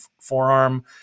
forearm